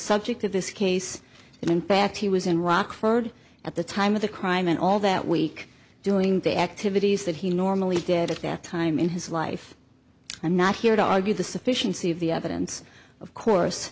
subject of this case and in fact he was in rockford at the time of the crime and all that week doing the activities that he normally did at that time in his life i'm not here to argue the sufficiency of the evidence of course